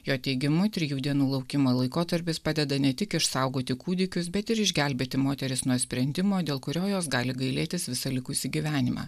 jo teigimu trijų dienų laukimo laikotarpis padeda ne tik išsaugoti kūdikius bet ir išgelbėti moteris nuo sprendimo dėl kurio jos gali gailėtis visą likusį gyvenimą